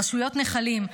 רשויות נחלים,